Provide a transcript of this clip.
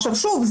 ושוב,